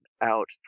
out